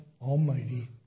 Almighty